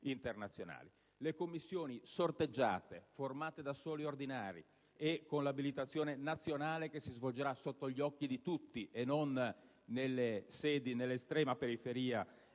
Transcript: internazionali. Le commissioni sorteggiate, formate da soli ordinari, e l'abilitazione nazionale, che si svolgerà sotto gli occhi di tutti e non in sedi dell'estrema periferia,